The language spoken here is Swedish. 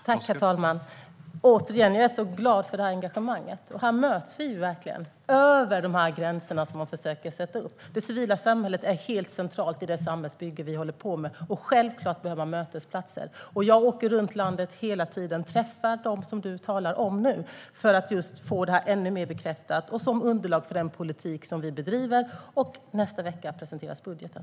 Herr talman! Återigen: Jag är glad för detta engagemang. Här möts vi verkligen över de gränser som man försöker sätta upp. Det civila samhället är helt centralt i det samhällsbygge som vi håller på med, och självfallet behöver man mötesplatser. Jag åker runt i landet hela tiden och träffar dem som du talar om nu, Ola Johansson, för att få detta ännu mer bekräftat, som underlag för den politik vi bedriver. Nästa vecka presenteras budgeten.